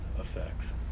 effects